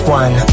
one